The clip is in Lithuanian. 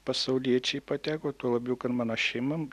pasauliečiai pateko tuo labiau kad mano šeima